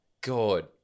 God